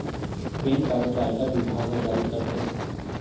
PAN card ल आयकर बिभाग ह जारी करथे